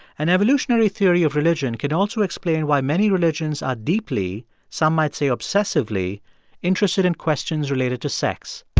an evolutionary theory of religion could also explain why many religions are deeply some might say obsessively interested in questions related to sex